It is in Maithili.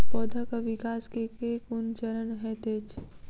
पौधाक विकास केँ केँ कुन चरण हएत अछि?